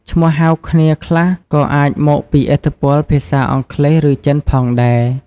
ឈ្មោះហៅគ្នាខ្លះក៏អាចមកពីឥទ្ធិពលភាសាអង់គ្លេស ឬចិនផងដែរ។